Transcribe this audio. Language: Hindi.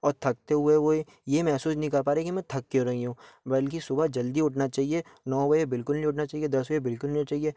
और थकते हुए वह यह यह महसूस नहीं कर पा रहे हैं कि मैं थक क्यों रही हूँ बल्कि सुबह जल्दी उठना चाहिए नौ बजे बिलकुल नहीं उठना चाहिए दस बजे बिलकुल नहीं चाहिए